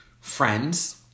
friends